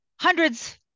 hundreds